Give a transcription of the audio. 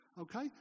okay